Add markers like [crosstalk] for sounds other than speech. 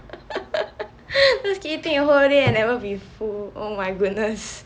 [laughs] just keep eating whole day and never be full oh my goodness